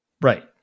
right